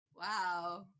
Wow